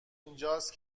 اینجاست